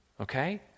okay